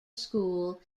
school